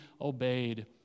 obeyed